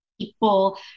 people